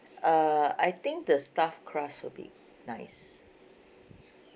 uh I think the stuffed crust will be nice